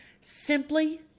simply